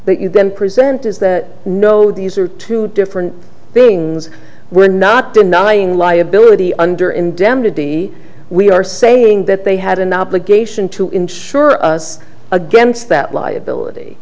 that you can present is that no these are two different things we're not denying liability under indemnity we are saying that they had an obligation to insure us against that liability